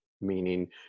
meaning